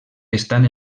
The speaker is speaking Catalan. estan